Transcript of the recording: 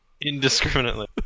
Indiscriminately